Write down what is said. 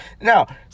Now